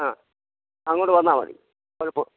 ആ അങ്ങോട്ട് വന്നാൽ മതി കുഴപ്പമോ